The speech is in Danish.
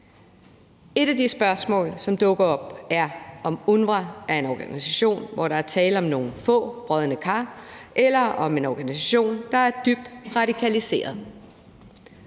Et af de spørgsmål, som dukker op, er, om UNRWA er en organisation, hvor der er tale om nogle få brodne kar, eller om det er en organisation, der er dybt radikaliseret.